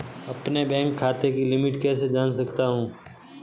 अपने बैंक खाते की लिमिट कैसे जान सकता हूं?